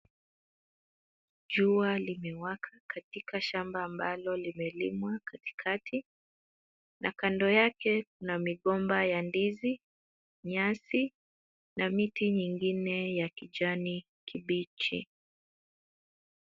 Jua limewaka katika shamba ambalo limelimwa katikati na kando yake kuna migomba ya ndizi, nyasi na miti nyingine ya kijani kibichi.